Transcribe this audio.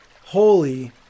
holy